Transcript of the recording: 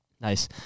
Nice